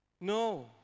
No